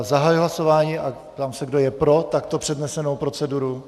Zahajuji hlasování a ptám se, kdo je pro takto přednesenou proceduru.